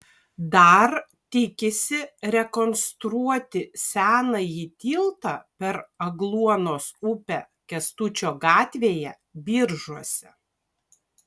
dar tikisi rekonstruoti senąjį tiltą per agluonos upę kęstučio gatvėje biržuose